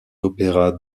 opéras